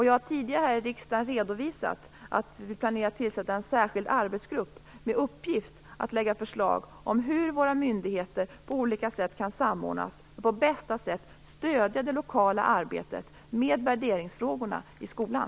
Jag har tidigare här i riksdagen redovisat att vi planerar att tillsätta en särskild arbetsgrupp med uppgift att lägga fram förslag om hur våra myndigheter på olika sätt kan samordnas för att på bästa sätt stödja det lokala arbetet med värderingsfrågorna i skolan.